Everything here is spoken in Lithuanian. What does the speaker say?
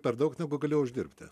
per daug negu gali uždirbti